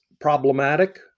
problematic